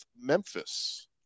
Memphis